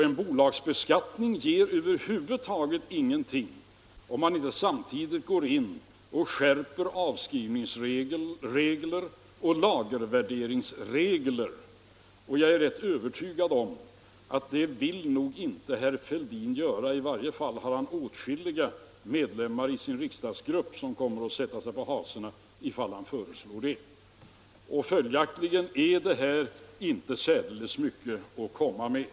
En bolagsbeskattning ger över huvud taget ingenting, om man inte samtidigt skärper avskrivningsoch lagervärderingsregler. Jag är rätt övertygad om att herr Fälldin inte vill göra det. I varje fall har han åtskilliga medlemmar av sin riksdagsgrupp som kommer att sätta sig på hasorna om han föreslår det. Följaktligen är detta inte särdeles mycket att komma med.